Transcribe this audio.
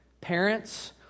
Parents